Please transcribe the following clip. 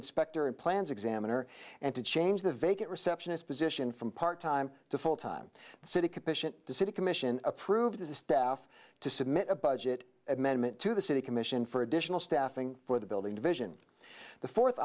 inspector and plans examiner and to change the vacant receptionist position from part time to full time city commission to city commission approve the staff to submit a budget amendment to the city commission for additional staffing for the building division the fourth